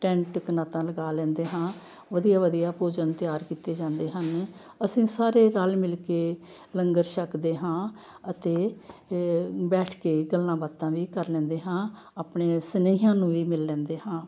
tent ਕਨਾਤਾਂ ਲਗਾ ਲੈਂਦੇ ਹਾਂ ਵਧੀਆ ਵਧੀਆ ਭੋਜਨ ਤਿਆਰ ਕੀਤੇ ਜਾਂਦੇ ਹਨ ਅਸੀਂ ਸਾਰੇ ਰਲ਼ ਮਿਲ ਕੇ ਲੰਗਰ ਛਕਦੇ ਹਾਂ ਅਤੇ ਬੈਠ ਕੇ ਗੱਲਾਂ ਬਾਤਾਂ ਵੀ ਕਰ ਲੈਂਦੇ ਹਾਂ ਆਪਣੇ ਸਨੇਹੀਆਂ ਨੂੰ ਵੀ ਮਿਲ ਲੈਂਦੇ ਹਾਂ